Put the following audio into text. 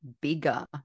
bigger